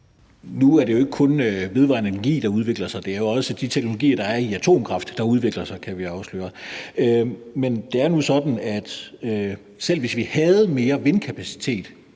Nu er det jo ikke kun vedvarende energi, der udvikler sig. Det er jo også de teknologier, der er i atomkraft, kan vi afsløre. Men det er nu sådan, at selv hvis vi havde mere vindenergikapacitet